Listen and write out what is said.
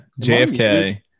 JFK